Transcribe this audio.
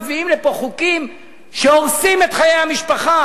ומביאים לפה חוקים שהורסים את חיי המשפחה.